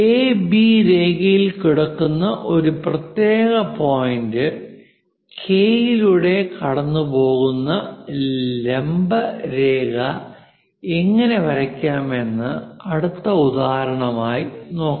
AB രേഖ ൽ കിടക്കുന്ന ഒരു പ്രത്യേക പോയിന്റ് കെ യിലൂടെ കടന്നുപോകുന്ന ലംബ രേഖ എങ്ങനെ വരയ്ക്കാം എന്നത് അടുത്ത ഉദാഹരണം ആയി നോക്കാം